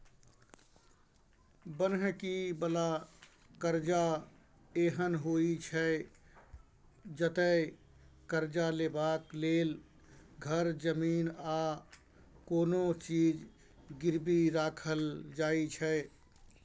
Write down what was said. बन्हकी बला करजा एहन होइ छै जतय करजा लेबाक लेल घर, जमीन आ कोनो चीज गिरबी राखल जाइ छै